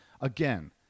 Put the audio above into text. Again